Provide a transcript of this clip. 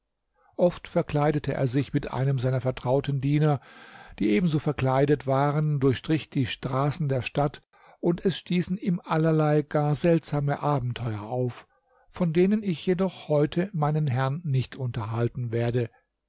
oft verkleidete er sich mit einem seiner vertrauten diener der ebenso verkleidet war durchstrich die straßen der stadt und es stießen ihm allerlei gar seltsame abenteuer auf von denen ich jedoch heute meinen herrn nicht unterhalten werde